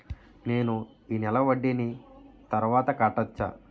నేను ఈ నెల వడ్డీని తర్వాత కట్టచా?